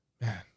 Man